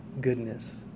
goodness